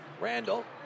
Randall